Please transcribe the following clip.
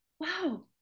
Wow